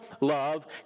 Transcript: love